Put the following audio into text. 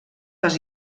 les